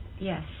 yes